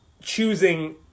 choosing